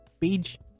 page